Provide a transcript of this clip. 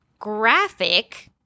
graphic